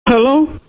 Hello